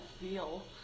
feel